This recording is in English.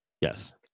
Yes